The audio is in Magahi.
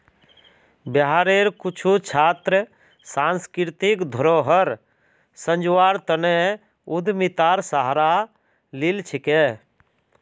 बिहारेर कुछु छात्र सांस्कृतिक धरोहर संजव्वार तने उद्यमितार सहारा लिल छेक